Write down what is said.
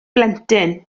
blentyn